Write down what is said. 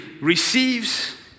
receives